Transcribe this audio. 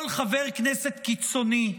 כל חבר כנסת קיצוני,